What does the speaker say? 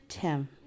Tim